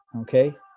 Okay